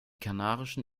kanarischen